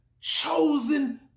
chosen